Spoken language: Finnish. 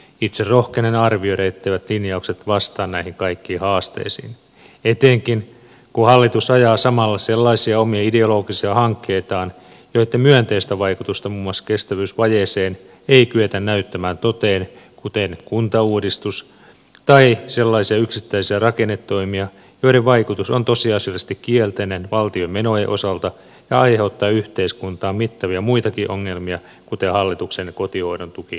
itse rohkenen arvioida etteivät linjaukset vastaa näihin kaikkiin haasteisiin etenkin kun hallitus ajaa samalla sellaisia omia ideologisia hankkeitaan joitten myönteistä vaikutusta muun muassa kestävyysvajeeseen ei kyetä näyttämään toteen kuten kuntauudistusta tai sellaisia yksittäisiä rakennetoimia joiden vaikutus on tosiasiallisesti kielteinen valtion menojen osalta ja aiheuttaa yhteiskuntaan mittavia muitakin ongelmia kuten hallituksen kotihoidon tuen linjauksia